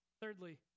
Thirdly